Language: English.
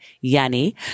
Yanni